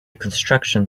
construction